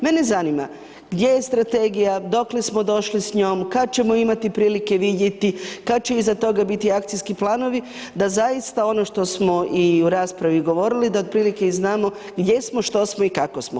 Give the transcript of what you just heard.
Mene zanima gdje je strategija, dokle smo došli s njom, kad ćemo imati prilike je vidjeti, kad će iza toga biti akcijski planovi da zaista ono što smo i u raspravi govorili, da otprilike i znamo gdje smo, što smo i kako smo.